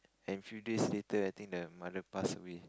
and few days later I think the mother pass away